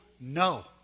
No